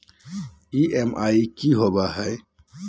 EMI की होवे है?